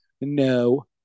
no